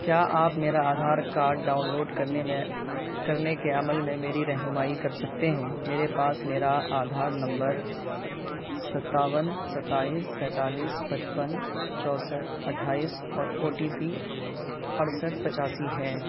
کیا آپ میرا آدھار کاڈ ڈاؤنلوڈ کرنے میں کرنے کے عمل میں میری رہنمائی کر سکتے ہیں میرے پاس میرا آدھار نمبر ستاون ستائیس سینتالیس پچپن چونسٹھ اٹھائیس اور او ٹی پی اڑسٹھ پچاسی ہے